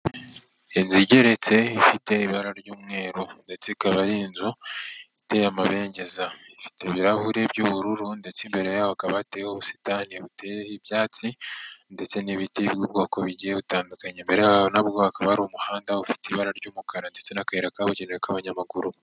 Inzu igeretse ifite ibara ry'umweru ndetse ikaba ari inzu iteye amabengeza, ifite ibirahuri by'ubururu ndetse imbere yaho hakaba hateyeho ubusitani buteye ibyatsi ndetse n'ibiti by'ubwoko bigiye butandukanye, imbere yaho na bwo hakaba hari umuhanda ufite ibara ry'umukara ndetse n'akayira kabugenewe k'abanyamaguru.